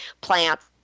plants